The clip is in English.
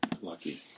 Lucky